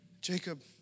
Jacob